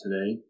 today